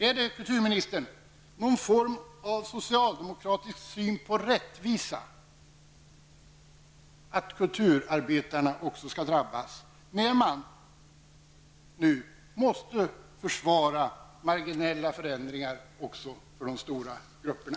Är det någon form av socialdemokratisk syn på rättvisa att också kulturarbetarna måste drabbas, när man nu måste försvara marginella förändringar för de stora och starkare grupperna?